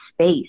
space